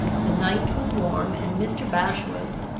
the night was warm, and mr. bashwood,